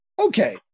Okay